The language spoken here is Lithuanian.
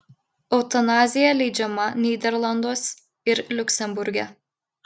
eutanazija leidžiama nyderlanduos ir liuksemburge